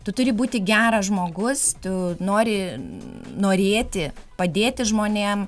tu turi būti geras žmogus tu nori norėti padėti žmonėm